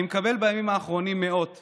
אני מפרגן ליהודי בנימינה,